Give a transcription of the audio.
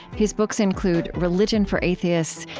his books include religion for atheists,